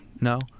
No